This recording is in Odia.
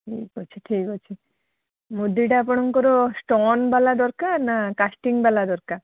ଠିକ୍ ଅଛି ଠିକ୍ ଅଛି ମୁଦିଟା ଆପଣଙ୍କର ଷ୍ଟୋନ୍ ୱାଲା ଦରକାର ନା କାଷ୍ଟିଙ୍ଗ ବାଲା ଦରକାର